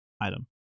item